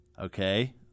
Okay